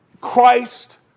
Christ